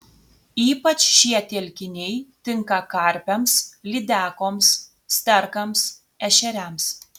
ypač šie telkiniai tinka karpiams lydekoms sterkams ešeriams